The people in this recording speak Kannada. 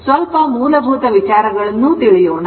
ಸ್ವಲ್ಪ ಮೂಲಭೂತ ವಿಚಾರಗಳನ್ನು ತಿಳಿಯೋಣ